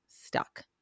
stuck